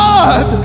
God